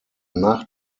nach